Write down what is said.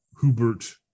Hubert